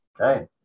Okay